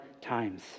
times